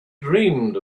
dreamed